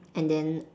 and then